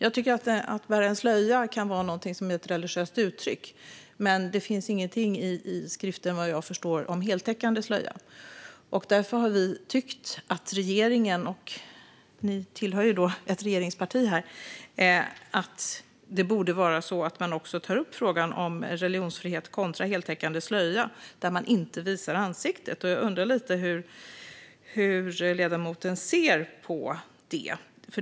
Att bära en slöja kan vara ett religiöst uttryck, men det finns vad jag förstår ingenting i skriften om heltäckande slöja. Därför har vi tyckt att regeringen, och Miljöpartiet är ju ett regeringsparti, borde ta upp frågan om religionsfrihet kontra heltäckande slöja där man inte visar ansiktet. Jag undrar lite hur ledamoten ser på det.